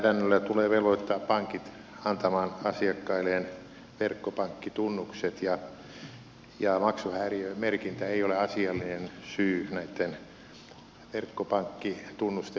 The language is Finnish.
lainsäädännöllä tulee velvoittaa pankit antamaan asiakkailleen verkkopankkitunnukset ja maksuhäiriömerkintä ei ole asiallinen syy näitten verkkopankkitunnusten epäämiselle